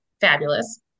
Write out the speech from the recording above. fabulous